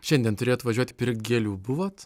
šiandien turėjot važiuot pirkt gėlių buvot